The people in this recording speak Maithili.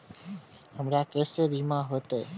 हमरा केसे बीमा होते?